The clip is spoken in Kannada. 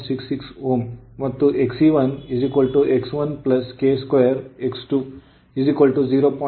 66 Ω ಮತ್ತು Xe1 X1 k 2 X2 0